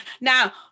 Now